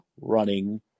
running